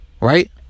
Right